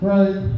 Right